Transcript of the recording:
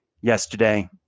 yesterday